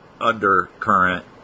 undercurrent